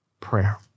prayer